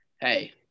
Hey